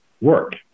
work